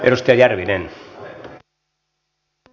risto järvinen e vai ei